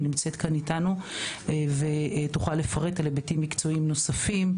היא נמצאת כאן איתנו והיא תוכל לפרט על היבטים מקצועיים נוספים,